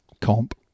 comp